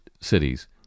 cities